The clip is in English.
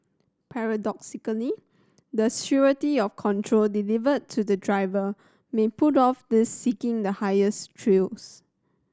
paradoxically that surety of control delivered to the driver may put off these seeking the highest thrills